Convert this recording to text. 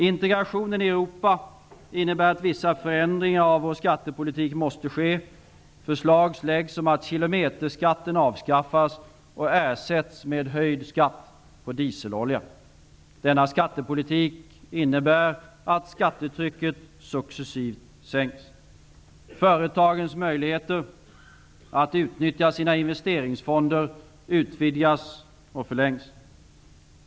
Integrationen i Europa innebär att vissa förändringar av vår skattepolitik måste ske. Förslag läggs om att kilometerskatten avskaffas och ersätts med höjd skatt på dieselolja. Denna skattepolitik innebär att skattetrycket successivt sänks. Företagens möjligheter att utnyttja sina investeringsfonder utvidgas och förlängs.